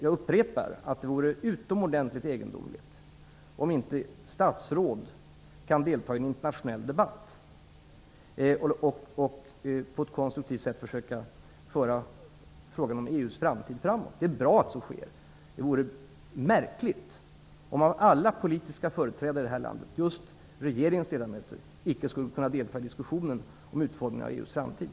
Jag upprepar att det vore utomordentligt egendomligt om inte statsråd kunde delta i en internationell debatt och på ett konstruktivt sätt försöka föra frågan om EU:s framtid framåt. Det är bra att så sker. Det vore märkligt om just regeringsledamöter av alla politiska företrädare i det här landet icke skulle kunna delta i diskussionen om utformningen av EU:s framtid.